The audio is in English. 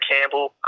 Campbell